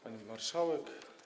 Pani Marszałek!